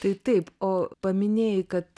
tai taip o paminėjai kad